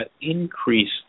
increase